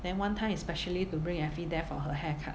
then one time is specially to bring effie there for her haircut